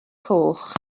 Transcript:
coch